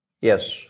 Yes